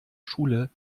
schule